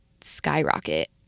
skyrocket